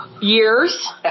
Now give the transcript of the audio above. Years